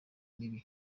mibi